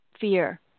fear